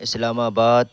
اسلام آباد